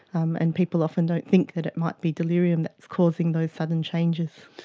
um and people often don't think that it might be delirium that's causing those sudden changes.